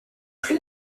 plus